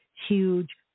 huge